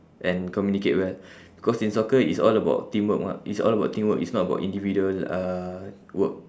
and communicate well because in soccer it's all about teamwork mah it's all about teamwork it's not about individual uh work